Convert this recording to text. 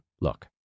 look